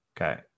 okay